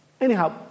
Anyhow